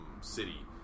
City